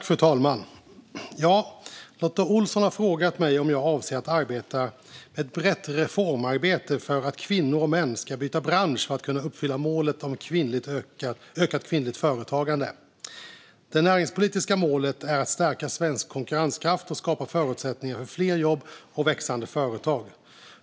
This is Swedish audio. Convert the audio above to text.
Fru talman! Lotta Olsson har frågat mig om jag avser att bedriva ett brett reformarbete för att kvinnor och män ska byta bransch för att kunna uppfylla målet om ökat kvinnligt företagande. Det näringspolitiska målet är att stärka svensk konkurrenskraft och skapa förutsättningar för fler jobb och växande företag.